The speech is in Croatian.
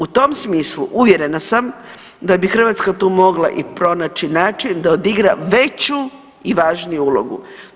U tom smislu uvjerena sam da bi Hrvatska tu mogla i pronaći način da odigra veću i važniju ulogu.